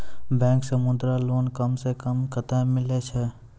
Bank से Mudra loan कम सऽ कम कतैय मिलैय छै?